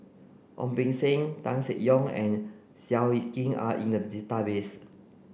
Ong Beng Seng Tan Seng Yong and Seow Yit Kin are in the database